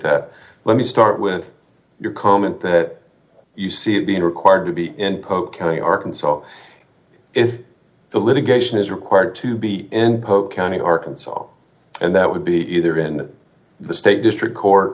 that let me start with your comment that you see it being required to be in polk county arkansas if the litigation is required to be in polk county arkansas and that would be either in the state district court